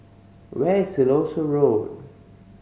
where is Siloso Road